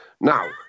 now